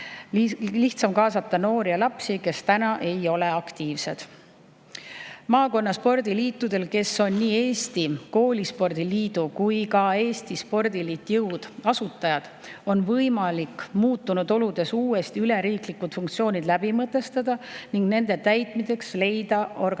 lihtsam kaasata noori ja lapsi, kes ei ole aktiivsed. Maakonna spordiliitudel, kes on nii Eesti Koolispordi Liidu kui ka Eesti Spordiliidu Jõud asutajad, on võimalik muutunud oludes üleriiklikud funktsioonid uuesti läbi mõtestada ning leida organisatoorselt